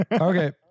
okay